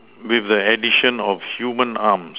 with the addition of human arms